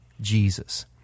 Jesus